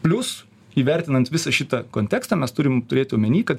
plius įvertinant visą šitą kontekstą mes turim turėt omeny ka